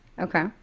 Okay